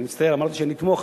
אני מצטער, אמרתי שאני אתמוך.